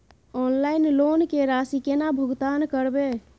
Online loan के राशि केना भुगतान करबे?